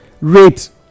rate